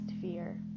fear